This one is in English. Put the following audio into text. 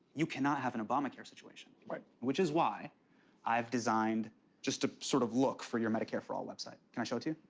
you cannot have an obamacare situation. right. which is why i've designed just a sort of look for your medicare for all website. can i show it to